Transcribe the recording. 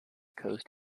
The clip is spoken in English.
coast